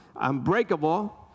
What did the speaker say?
unbreakable